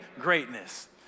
Greatness